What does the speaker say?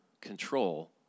control